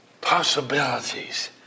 possibilities